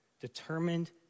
determined